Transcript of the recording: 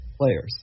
players